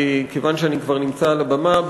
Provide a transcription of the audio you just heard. כיוון שאני כבר נמצא על הבמה,